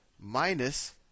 minus